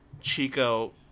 Chico